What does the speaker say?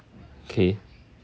K